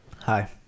Hi